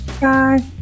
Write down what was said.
Bye